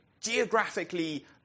geographically